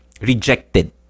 Rejected